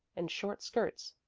and short skirts.